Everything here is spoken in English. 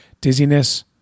dizziness